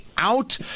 out